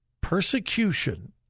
persecution